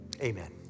Amen